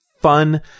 fun